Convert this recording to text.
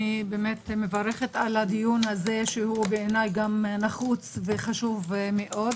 אני מברכת על הדיון הזה שבעיניי גם נחוץ וחשוב מאוד.